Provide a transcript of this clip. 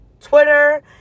Twitter